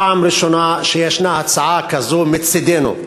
פעם ראשונה שיש הצעה כזאת מצדנו.